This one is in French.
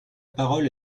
parole